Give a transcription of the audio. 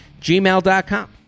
gmail.com